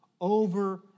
over